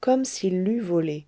comme s'il l'eût volé